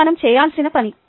ఇది మనం చేయాల్సిన పని